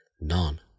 None